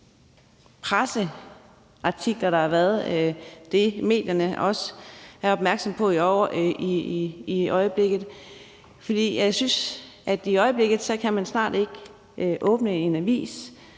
presseartikler, der har været, og det, medierne også er opmærksomme på i øjeblikket. For jeg synes, at i øjeblikket kan man snart ikke åbne en avis